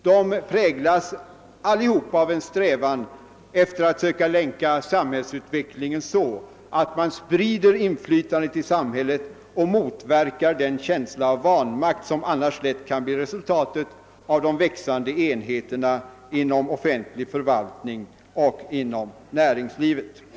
De präglas alla av en strävan att länka samhällsutvecklingen så, att inflytandet i samhället sprids och den känsla av vanmakt som kan bli resultatet av de växande enheterna inom offentlig förvaltning och inom näringslivet motverkas.